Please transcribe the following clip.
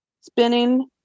Spinning